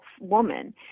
woman